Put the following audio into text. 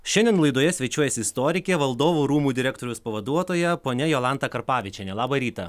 šiandien laidoje svečiuojasi istorikė valdovų rūmų direktoriaus pavaduotoja ponia jolanta karpavičienė labą rytą